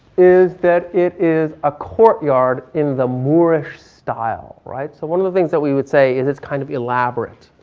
is that it is a courtyard in the moorish style. right? so one of the things that we would say is it's kind of elaborate.